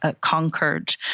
conquered